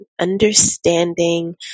understanding